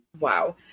Wow